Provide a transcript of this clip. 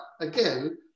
again